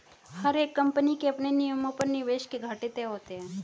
हर एक कम्पनी के अपने नियमों पर निवेश के घाटे तय होते हैं